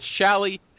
Shally